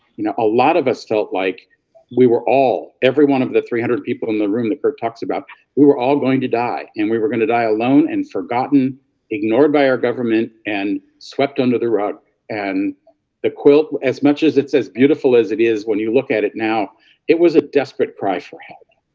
you know a lot of us felt like we were all every one of the three hundred people in the room that kurt talks about we were all going to die and we were gonna die alone and forgotten ignored by our government and swept under the rug and the quilt as much as it's as beautiful as it is when you look at it now it was a desperate cry for help.